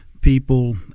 people